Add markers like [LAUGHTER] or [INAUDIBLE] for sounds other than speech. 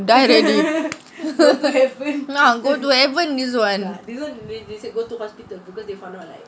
you die already [LAUGHS] ya go to heaven this [one]